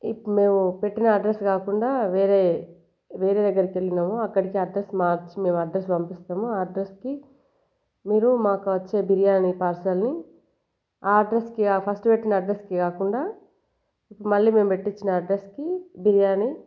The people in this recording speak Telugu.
ఇప్పు మేము పెట్టిన అడ్రస్ కాకుండా వేరే వేరే దగ్గరికి వెళ్ళినాము అక్కడికి అడ్రస్ మార్చి మేము అడ్రస్ పంపిస్తాము ఆ అడ్రస్కి మీరు మాకు వచ్చే బిర్యానీ పార్సల్ని ఆ అడ్రస్కి ఫస్ట్ పెట్టిన అడ్రస్కి కాకుండా ఇప్పుడు మళ్ళీ మేము పెట్టించిన అడ్రస్కి బిర్యానీ